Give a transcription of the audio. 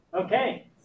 Okay